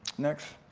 next.